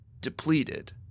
depleted